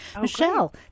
michelle